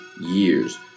years